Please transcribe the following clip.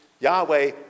Yahweh